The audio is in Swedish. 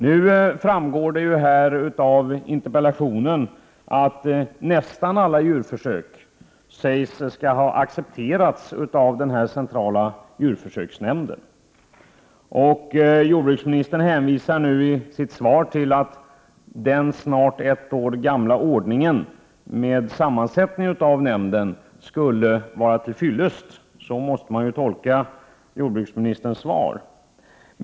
Nu framgår det här av interpellationen att nästan alla djurförsök har accepterats av den djurförsöksetiska nämnden. I sitt svar hänvisar jordbruksministern till att den snart ett år gamla ordningen med sammansättningen av nämnden skulle vara till fyllest — så måste man ju tolka jordbruksministerns svar.